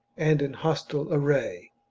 and in hostile array.